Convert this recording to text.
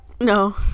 No